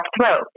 throat